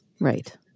Right